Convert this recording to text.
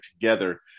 together